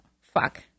fuck